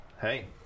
hey